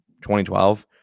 2012